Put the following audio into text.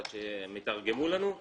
עד שהם יתרגמו לנו את התקן?